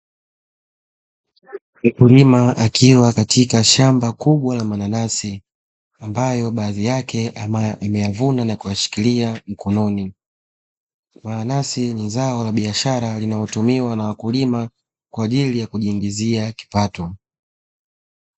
Mkulima akiwa katika shamba kubwa la mananasi, ambayo baadhi yake ameyavuna na kuyashikilia mkononi. Mananasi ni zao la biashara, linalotumiwa na wakulima kwa ajili ya kujiingizia kipato.